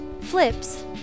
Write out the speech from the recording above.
flips